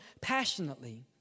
passionately